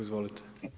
Izvolite.